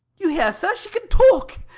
you hear sir, she can talk,